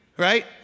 right